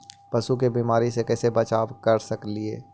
पशु के बीमारी से कैसे बचाब कर सेकेली?